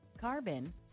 carbon